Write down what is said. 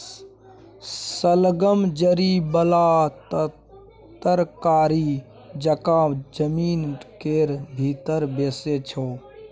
शलगम जरि बला तरकारी जकाँ जमीन केर भीतर बैसै छै